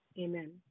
Amen